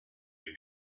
been